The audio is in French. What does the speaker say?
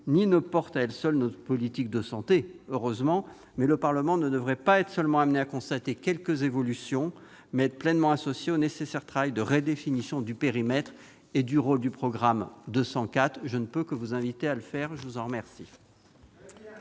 ni ne porte à elle seule notre politique de santé. Heureusement ! Mais le Parlement ne devrait pas seulement être amené à constater quelques évolutions ; il devrait être pleinement associé au nécessaire travail de redéfinition du périmètre et du rôle du programme 204. Je ne peux que vous inviter à le faire. Très bien